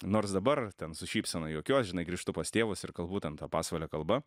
nors dabar ten su šypsena juokiuos žinai grįžtu pas tėvus ir kalbu ten ta pasvalio kalba